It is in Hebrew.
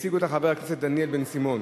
הציג אותה חבר הכנסת דניאל בן-סימון.